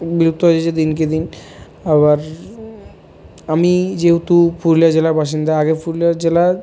বিলুপ্ত হয়ে যাচ্ছে দিন কে দিন আবার আমি যেহেতু পুরুলিয়া জেলার বাসিন্দা আগে পুরুলিয়া জেলার